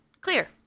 clear